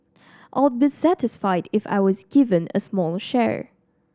I'd be satisfied if I was given a small share